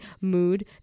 mood